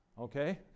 okay